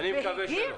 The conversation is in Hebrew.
אני מקווה שלא.